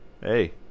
hey